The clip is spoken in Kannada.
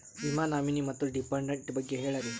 ವಿಮಾ ನಾಮಿನಿ ಮತ್ತು ಡಿಪೆಂಡಂಟ ಬಗ್ಗೆ ಹೇಳರಿ?